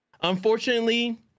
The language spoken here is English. Unfortunately